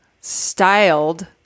Styled